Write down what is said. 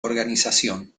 organización